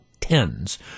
tens